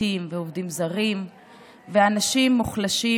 ופליטים ועובדים זרים ואנשים מוחלשים.